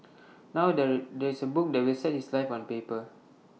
now there there is A book that will set his life on paper